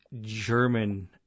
German